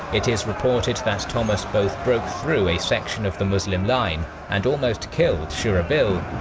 it is reported that thomas both broke through a section of the muslim line and almost killed shurahbil,